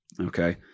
okay